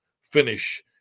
finish